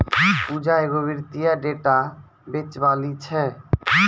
पूजा एगो वित्तीय डेटा बेचैबाली छै